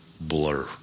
blur